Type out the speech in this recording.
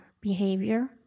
behavior